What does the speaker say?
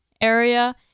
area